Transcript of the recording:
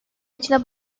içinde